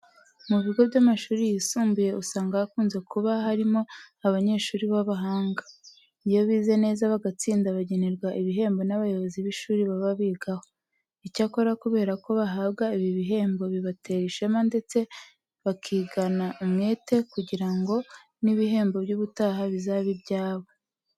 Mu bigo by'amashuri yisumbuye usanga hakunze kuba harimo abanyeshuri b'abahanga. Iyo bize neza bagatsinda bagenerwa ibihembo n'abayobozi b'ishuri baba bigaho. Icyakora kubera ko bahabwa ibi bihembo, bibatera ishema ndetse bakigana umwete kugira ngo n'ibihembo by'ubutaha bizabe ibyabo.